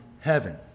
heaven